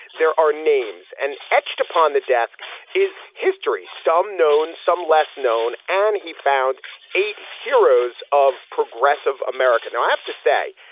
there are names and etched upon the desk is history, some known, some less known. and he found eight heroes of progressive america. now, i have to say,